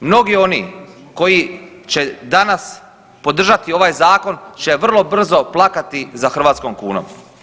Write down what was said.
Mnogi oni koji će danas podržati ovaj zakon će vrlo brzo plakati za hrvatskom kunom.